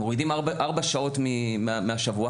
מורידים ארבע שעות מהשבוע.